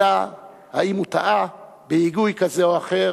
אלא אם הוא טעה בהיגוי כזה או אחר,